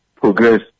progress